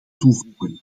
toevoegen